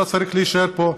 אתה צריך להישאר פה.